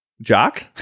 Jock